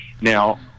Now